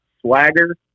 swagger